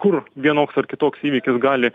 kur vienoks ar kitoks įvykis gali